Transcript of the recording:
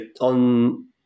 on